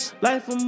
Life